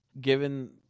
given